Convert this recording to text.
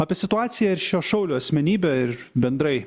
apie situaciją ir šio šaulio asmenybę ir bendrai